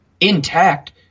intact